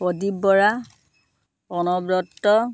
Pradip Bora Pranab Dutta